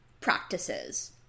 practices